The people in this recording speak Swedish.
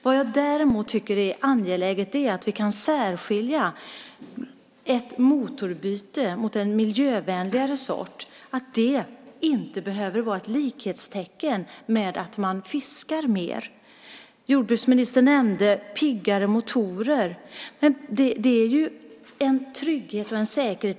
Vad jag tycker är angeläget är att vi kan urskilja att ett motorbyte mot en miljövänligare sort inte behöver vara lika med att man fiskar mer. Jordbruksministern nämnde piggare motorer. Men det är ju en trygghet och en säkerhet.